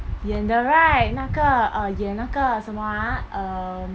演的 right 那个 uh 演那个什么 ah um